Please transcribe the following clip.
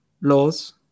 laws